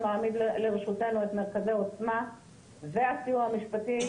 שמעמיד לרשותנו את מרכזי עוצמה ויחד עם והסיוע המשפטי,